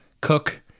cook